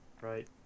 right